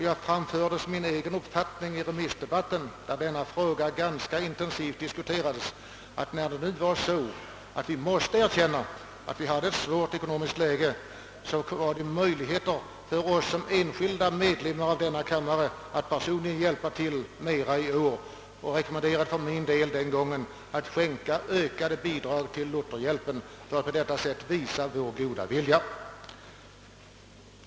Jag framförde som min egen uppfattning i remissdebatten, där denna fråga diskuterades ganska intensivt, att när vi nu måste erkänna, att det rådde ett svårt ekonomiskt läge, var det möjligt för oss att som enskilda ledamöter i denna kammare personligen hjälpa till i ökad utsträckning. Jag rekommenderade att vi skulle ge ökade bidrag till Lutherhjälpen för att på det sättet visa vår goda vilja.